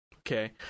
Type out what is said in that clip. Okay